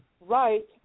Right